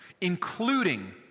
including